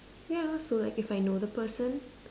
ya so like if I know the person